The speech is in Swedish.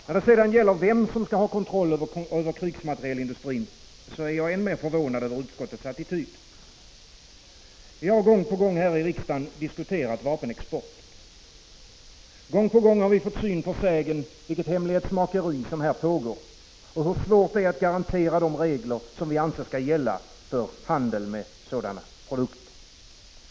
När det sedan gäller vem som skall ha kontroll över krigsmaterielindustrin är jag än mer förvånad över utskottets attityd. Gång på gång har vi här i riksdagen diskuterat vapenexporten. Gång på gång har vi fått syn för sägen vilket hemlighetsmakeri som här pågår, och hur svårt det är att garantera de regler som vi anser skall gälla för handel med sådana produkter.